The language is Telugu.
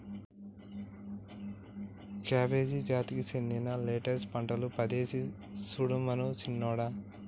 కాబేజి జాతికి సెందిన లెట్టస్ పంటలు పదేసి సుడమను సిన్నోడా